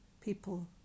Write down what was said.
People